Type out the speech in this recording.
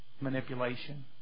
manipulation